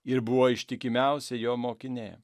ir buvo ištikimiausia jo mokinė